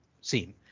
seen